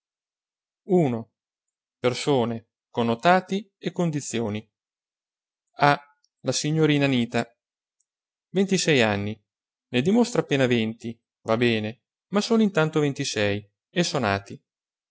i persone connotati e condizioni a la signorina anita ventisei anni ne dimostra appena venti va bene ma sono intanto ventisei e sonati